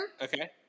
Okay